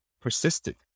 persisted